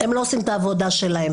הם לא עושים את העבודה שלהם.